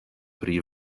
pri